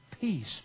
peace